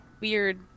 weird